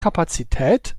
kapazität